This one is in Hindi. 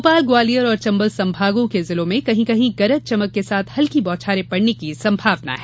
भोपाल ग्वालियर और चंबल संभागों के जिलों में कहीं कहीं गरज चमक के साथ हल्की बौछारें पड़ने की संभावना है